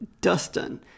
Dustin